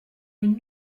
une